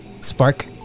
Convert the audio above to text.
spark